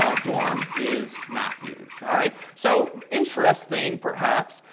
ah dorm is mathews. all right. so, interesting perhaps,